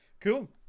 cool